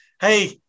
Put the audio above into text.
Hey